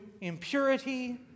impurity